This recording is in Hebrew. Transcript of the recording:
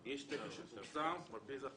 יש תקן שפורסם ועל פי אנחנו עובדים.